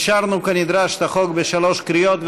אישרנו כנדרש את החוק בשלוש קריאות.